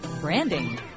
branding